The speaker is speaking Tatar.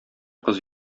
кыз